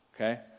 okay